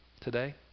today